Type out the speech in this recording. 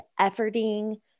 efforting